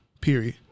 period